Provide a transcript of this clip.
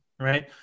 right